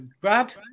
Brad